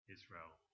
Israel